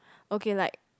okay like